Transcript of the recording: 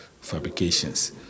fabrications